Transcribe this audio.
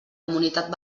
comunitat